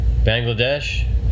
Bangladesh